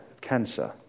cancer